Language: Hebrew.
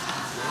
אדוני